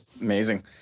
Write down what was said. Amazing